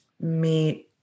meet